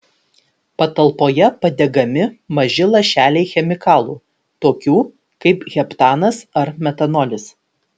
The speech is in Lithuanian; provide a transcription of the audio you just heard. patalpoje padegami maži lašeliai chemikalų tokių kaip heptanas ar metanolis